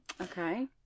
Okay